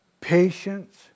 patience